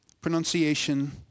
pronunciation